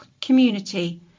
community